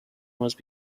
must